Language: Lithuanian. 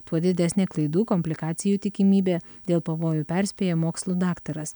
tuo didesnė klaidų komplikacijų tikimybė dėl pavojų perspėja mokslų daktaras